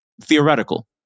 Theoretical